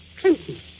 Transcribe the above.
Clinton